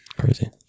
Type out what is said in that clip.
crazy